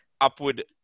upward